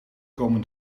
komen